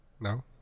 No